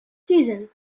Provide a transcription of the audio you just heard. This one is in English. season